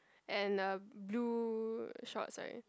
and a blue shorts right